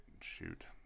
shoot